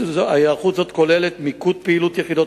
היערכות זאת כוללת מיקוד פעילות יחידות